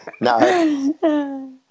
No